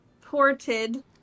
ported